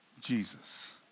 Jesus